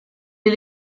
est